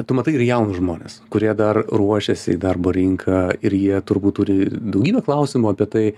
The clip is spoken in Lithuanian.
tu matai ir jaunus žmones kurie dar ruošiasi į darbo rinką ir jie turbūt turi daugybę klausimų apie tai